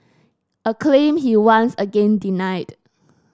a claim he once again denied